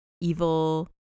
evil